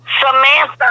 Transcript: Samantha